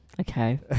Okay